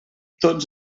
tots